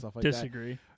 disagree